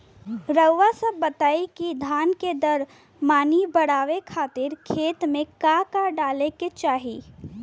रउआ सभ बताई कि धान के दर मनी बड़ावे खातिर खेत में का का डाले के चाही?